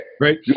Right